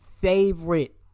favorite